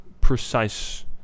precise